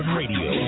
radio